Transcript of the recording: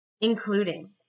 including